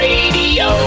Radio